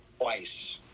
twice